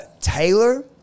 Taylor